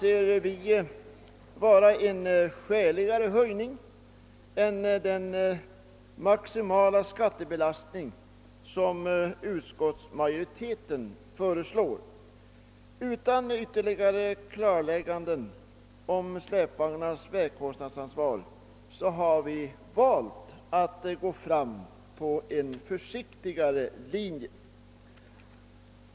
En sådan höjning blir endast hälften av vad utskottet föreslår. Utan närmare utredning om släpvagnarnas vägkostnadsansvar har vi valt att gå fram på en försiktigare linje.